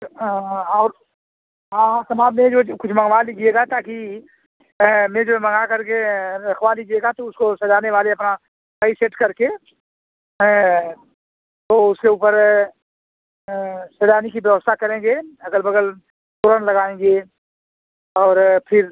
तो और हाँ और तमाम ओज कुछ मँगवा लीजिएगा ताकि मेज ओज मँगा करके रखवा लीजिएगा तो उसको सजाने वाले अपना सही सेट करके तो उसके ऊपर सजाने की व्यवस्था करेंगे अगर बगल तोरन लगाऍंगे और फिर